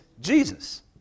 Jesus